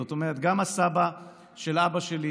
זאת אומרת גם הסבא של אבא שלי,